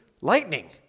lightning